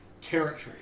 territory